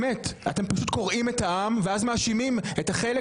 אתם פשוט קורעים את העם ואז מאשימים את החלק